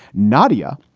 nadia,